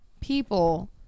people